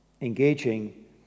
engaging